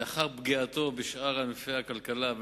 לאחר פגיעתו בשאר ענפי הכלכלה.